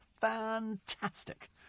Fantastic